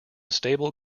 stable